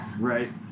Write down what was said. Right